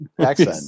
accent